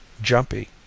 Jumpy